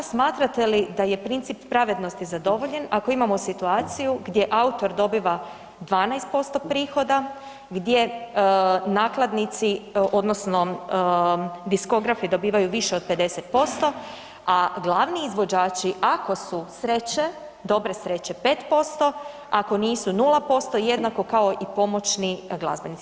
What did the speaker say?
Smatrate li da je princip pravednosti zadovoljen ako imamo situaciju gdje autor dobiva 12% prihoda, gdje nakladnici odnosno diskografi dobivaju više od 50%, a glavni izvođači, ako su sreće, dobre sreće, 5%, ako nisu 0%, jednako kao i pomoćni glazbenici.